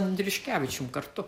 andriuškevičium kartu